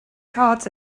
cards